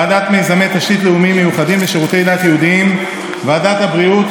ועדת מיזמי תשתית לאומיים מיוחדים ושירותי דת יהודיים וועדת הבריאות.